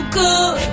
good